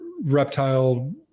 reptile